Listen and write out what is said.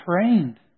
trained